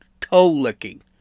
toe-licking